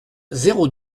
zéro